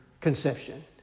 conception